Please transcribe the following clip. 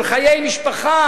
של חיי משפחה?